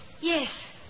Yes